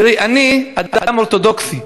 תראי, אני אדם אורתודוקסי,